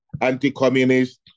anti-communist